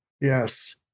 Yes